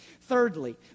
Thirdly